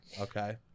Okay